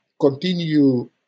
continue